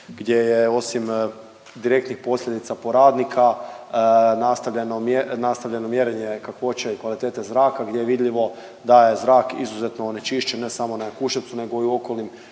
gdje je osim direktnih posljedica po radnika nastavljeno mjerenje kakvoće i kvalitete zraka, gdje je vidljivo da je zrak izuzetno onečišćen, ne samo na Jakuševcu, nego i okolnim